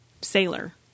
sailor